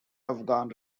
afghan